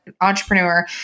entrepreneur